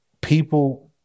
people